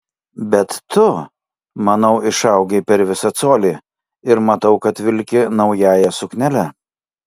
bet tu manau išaugai per visą colį ir matau kad vilki naująja suknele